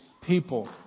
people